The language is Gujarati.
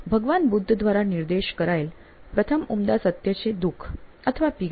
ભગવાન બુદ્ધ દ્વારા નિર્દેશ કરાયેલ પ્રથમ ઉમદા સત્ય છે દુખ અથવા પીડા